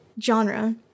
genre